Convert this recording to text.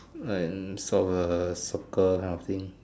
and saw a soccer kind of thing